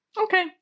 Okay